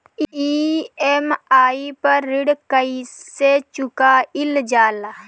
EMI पर ऋण कईसे चुकाईल जाला?